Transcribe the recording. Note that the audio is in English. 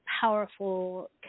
powerful